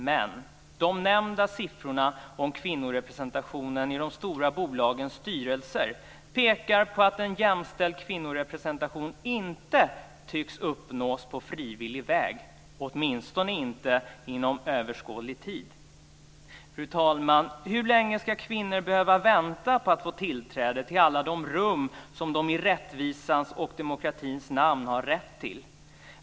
Men, de nämnda siffrorna om kvinnorrepresentationen i de stora bolagens styrelser pekar på att en jämställd kvinnorepresentation inte tycks uppnås på frivillig väg, åtminstone inte inom överskådlig tid. Fru talman! Hur länge ska kvinnor behöva vänta på att få tillträde till alla de rum som de i rättvisans och demokratins namn har rätt till?